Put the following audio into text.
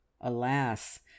alas